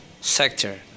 sector